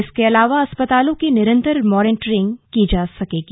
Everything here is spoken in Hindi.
इसके अलावा अस्पतालों की निरन्तर मॉनिटरिंग की जा सकेगी